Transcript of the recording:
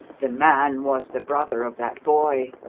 the man was the brother of that boy,